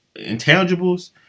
intangibles